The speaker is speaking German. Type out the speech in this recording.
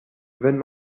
wenn